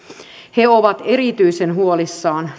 on erityisen huolissaan